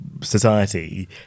society